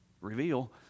reveal